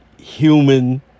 human